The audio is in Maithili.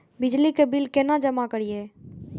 बिजली के बिल केना जमा करिए?